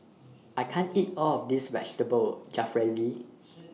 I can't eat All of This Vegetable Jalfrezi